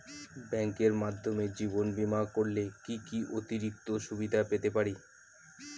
ব্যাংকের মাধ্যমে জীবন বীমা করলে কি কি অতিরিক্ত সুবিধে পেতে পারি?